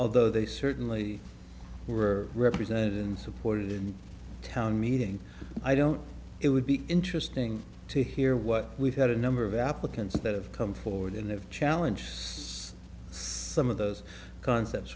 although they certainly were represented and supported in the town meeting i don't it would be interesting to hear what we've had a number of applicants that have come forward and have challenges some of those concepts